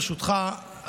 ברשותך,